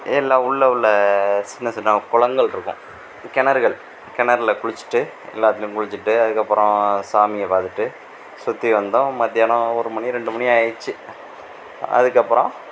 எல்லா உள்ளே உள்ள சின்ன சின்ன குளங்கள் இருக்கும் கிணறுகள் கிணறில் குளிச்சுட்டு எல்லாத்திலும் குளிச்சுட்டு அதுக்கு அப்புறம் சாமியை பார்த்துட்டு சுற்றி வந்தோம் மத்தியானம் ஒரு மணி ரெண்டு மணி ஆகிடிச்சி அதுக்கு அப்புறம்